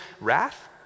wrath